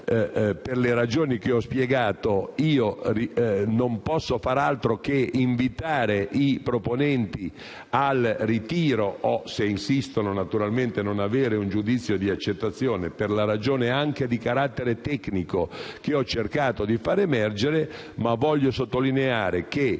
per le ragioni che ho spiegato non posso fare altro che invitare i proponenti al ritiro. Se insistono non avranno un giudizio di accettazione per la ragione di carattere tecnico che ho cercato di far emergere, ma voglio sottolineare che